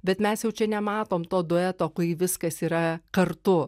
bet mes jau čia nematom to dueto kai viskas yra kartu